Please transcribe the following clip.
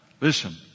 Listen